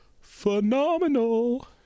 phenomenal